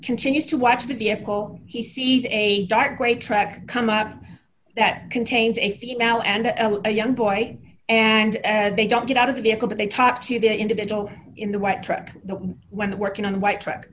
continues to watch the vehicle he sees a dark gray track come up that contains a female and a young boy and they don't get out of the vehicle but they talk to the individual in the white truck when they're working on a white truck